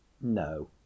No